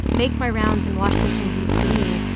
make my rounds in washington, d c,